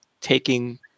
taking